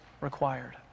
required